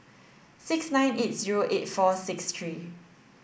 six nine eight zero eight four six three